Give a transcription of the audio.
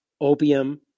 opium